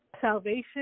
Salvation